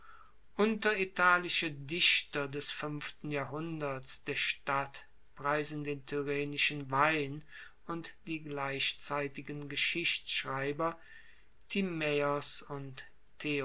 unteritalische dichter des fuenften jahrhunderts der stadt preisen den tyrrhenischen wein und die gleichzeitigen geschichtschreiber timaeos und